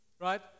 right